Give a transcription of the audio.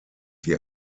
die